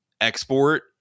export